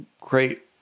great